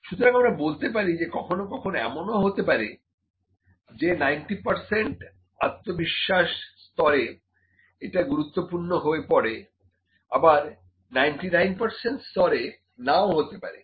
সুতরাং আমরা বলতে পারি যে কখনো কখনো এমন ও হতে পারে যে 90 আত্মবিশ্বাস স্তরে এটা গুরুত্বপূর্ণ হয়ে পড়ে আবার 99 স্তরে নাও হতে পারে